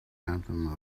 anthem